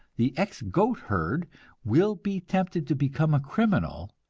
the ex-goat-herd will be tempted to become a criminal,